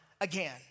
again